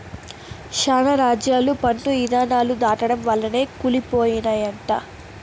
శానా రాజ్యాలు పన్ను ఇధానాలు దాటడం వల్లనే కూలి పోయినయంట